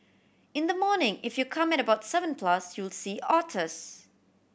in the morning if you come at about seven plus you'll see otters